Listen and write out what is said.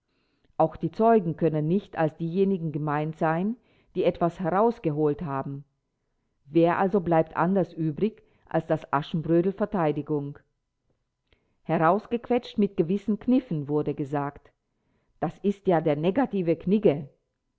auch die zeugen können nicht als diejenigen gemeint sein die etwas herausgeholt haben wer also bleibt anders übrig als das aschenbrödel verteidigung herausgequetscht mit gewissen kniffen wurde gesagt das ist ja der negative